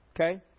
Okay